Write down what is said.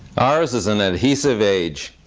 ours is an adhesive age.